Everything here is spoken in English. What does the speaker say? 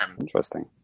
Interesting